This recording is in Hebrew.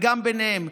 וגם ביניהם.